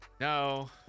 no